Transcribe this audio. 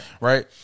right